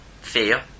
fear